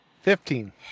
Fifteen